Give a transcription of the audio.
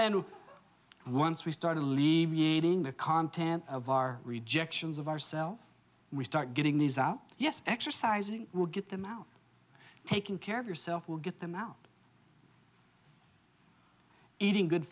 and once we started alleviating the content of our rejections of ourself we start getting these out yes exercising will get them out taking care of yourself will get them out eating good